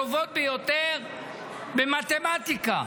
הטובות ביותר במתמטיקה,